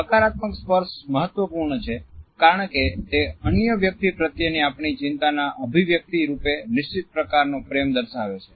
સકારાત્મક સ્પર્શ મહત્વપૂર્ણ છે કારણ કે તે અન્ય વ્યક્તિ પ્રત્યેની આપણી ચિંતાના અભિવ્યક્તિ રૂપે નિશ્ચિત પ્રકારનો પ્રેમ દર્શાવે છે